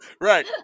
right